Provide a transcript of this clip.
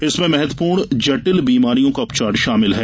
इसमें महत्वपूर्ण जटिल बीमारियों का उपचार शामिल है